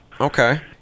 Okay